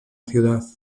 ciudad